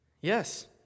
Yes